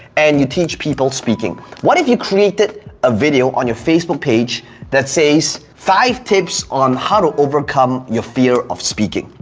and you teach people speaking. what if you created a video on your facebook page that says, five tips on how to overcome your fear of speaking?